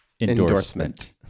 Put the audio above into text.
Endorsement